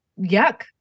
yuck